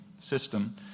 system